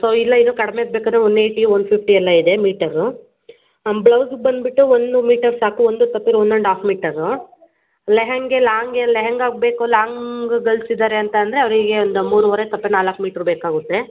so ಇಲ್ಲ ಇನ್ನೂ ಕಡ್ಮೆದು ಬೇಕಂದರೆ ಒನ್ ಏಯ್ಟಿ ಒನ್ ಫಿಫ್ಟಿ ಎಲ್ಲ ಇದೆ ಮೀಟರು ಬ್ಲೌಸಿಗೆ ಬಂದು ಬಿಟ್ಟು ಒಂದು ಮೀಟರ್ ಸಾಕು ಒಂದು ತಪ್ಪಿದರೆ one and half metre lehenga ಲಾಂಗೇ ಲೆಹಂಗಾಗೆ ಬೇಕು ಲಾಂಗು ಗರ್ಲ್ಸ್ ಇದ್ದಾರೆ ಅಂತ ಅಂದರೆ ಅವರಿಗೆ ಒಂದು ಮೂರುವರೆ ತಪ್ಪಿದರೆ ನಾಲ್ಕು ಮೀಟ್ರ್ ಬೇಕಾಗುತ್ತೆ